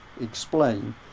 explain